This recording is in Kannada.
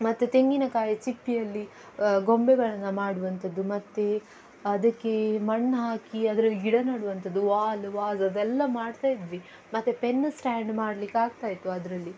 ಮತ್ತೆ ತೆಂಗಿನಕಾಯಿ ಚಿಪ್ಪಿನಲ್ಲಿ ಗೊಂಬೆಗಳನ್ನು ಮಾಡುವಂಥದ್ದು ಮತ್ತೆ ಅದಕ್ಕೆ ಮಣ್ಣು ಹಾಕಿ ಅದರಲ್ಲಿ ಗಿಡ ನೆಡುವಂಥದ್ದು ವಾಲ್ ವಾಸ್ ಅದೆಲ್ಲ ಮಾಡ್ತಾಯಿದ್ವಿ ಮತ್ತು ಪೆನ್ನ ಸ್ಟ್ಯಾಂಡ್ ಮಾಡಲಿಕ್ಕಾಗ್ತಾಯಿತ್ತು ಅದರಲ್ಲಿ